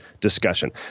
discussion